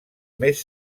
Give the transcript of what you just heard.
més